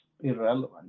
irrelevant